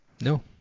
No